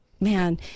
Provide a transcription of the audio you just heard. Man